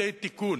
צוותי תיקון,